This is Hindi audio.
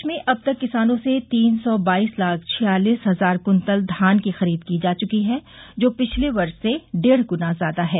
प्रदेश में अब तक किसानों से तीन सौ बाइस लाख छियालिस हजार कृत्तल धान की खरीद की जा चुकी है जो पिछले वर्ष से डेढ़ गुना ज्यादा है